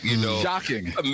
Shocking